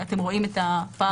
אתם רואים את הפער.